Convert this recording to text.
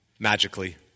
Magically